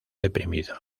deprimido